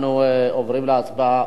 אנחנו עוברים להצבעה,